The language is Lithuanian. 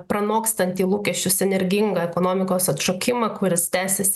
pranokstantį lūkesčius energingą ekonomikos atšokimą kuris tęsias